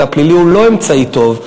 והוא לא אמצעי טוב.